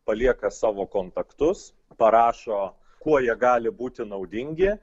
palieka savo kontaktus parašo kuo jie gali būti naudingi